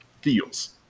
feels